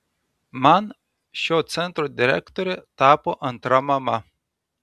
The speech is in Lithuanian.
man šio centro direktorė tapo antra mama